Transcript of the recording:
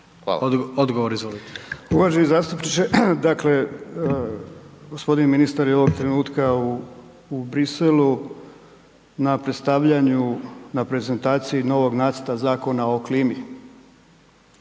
Mile (SDSS)** Uvaženi zastupniče, dakle g. ministar je ovog trenutka u, u Briselu na predstavljanju, na prezentaciji novog nacrta Zakona o klimi